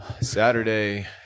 Saturday